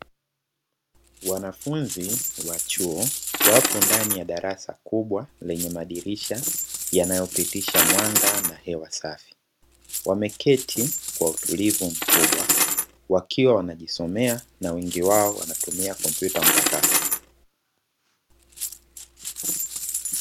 Wanafunzi wa chuo wapo ndani ya darasa kubwa lenye madirisha yanayopisha mwanga na hewa safi. Wameketi kwa utulivu mkubwa wakiwa wanajisomea na wengi wao wanatumia kompyuta mpakato.